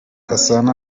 gasana